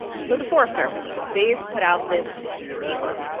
so the forest service they've put out this paper,